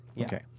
Okay